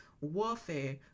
warfare